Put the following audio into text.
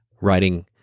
writing